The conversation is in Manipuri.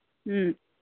ꯎꯝ